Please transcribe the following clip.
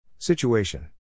Situation